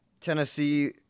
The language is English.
Tennessee